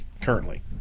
currently